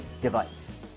device